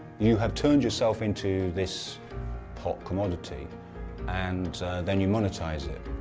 you have turned yourself into this hot commodity and then you monetise it.